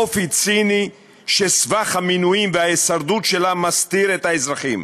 אופי ציני שסבך המינויים וההישרדות שלה מסתיר את האזרחים,